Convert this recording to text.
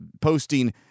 posting